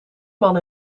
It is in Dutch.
man